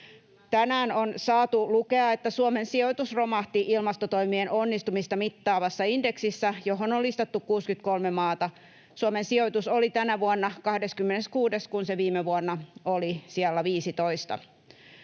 Tänään on saatu lukea, että Suomen sijoitus romahti ilmastotoimien onnistumista mittaavassa indeksissä, johon on listattu 63 maata. Suomen sijoitus oli tänä vuonna 26., kun se viime vuonna oli sijalla 15.